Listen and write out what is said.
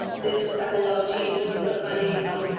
this epilogue change is to collect funding of.